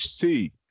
hc